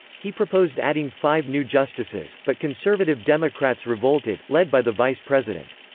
he proposed adding five new justices, but conservative democrats revolted, led by the vice president.